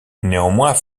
néanmoins